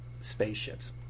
spaceships